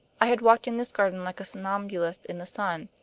i had walked in this garden like a somnambulist in the sun.